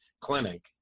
clinic